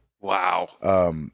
Wow